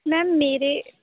میم میرے